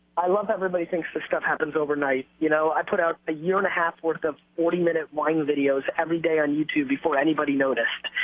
i love that everybody thinks that stuff happens overnight, you know, i put out a year and a half worth of forty minute wine videos every day on youtube before anybody noticed.